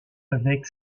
avec